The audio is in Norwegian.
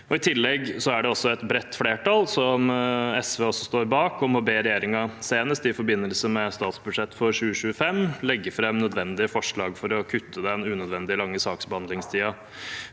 I tillegg er det et bredt flertall, som SV også er en del av, som ber regjeringen, senest i forbindelse med statsbudsjettet for 2025, legge fram nødvendige forslag for å kutte den unødvendig lange saksbehandlingstiden